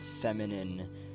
feminine